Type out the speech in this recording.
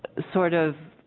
sort of